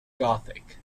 gothic